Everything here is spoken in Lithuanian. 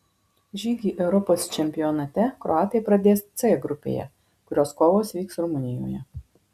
žygį europos čempionate kroatai pradės c grupėje kurios kovos vyks rumunijoje